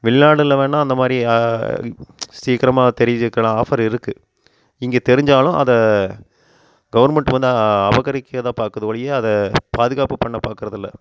வெளிநாடுல வேணால் அந்த மாதிரி சீக்கிரமாக தெரிஞ்சுக்கலாம் ஆஃபர் இருக்குது இங்கே தெரிஞ்சாலும் அதை கவர்மெண்ட் வந்து அபகரிக்கதான் பார்க்குது ஒழிய அதை பாதுகாப்பு பண்ண பார்க்கறதில்ல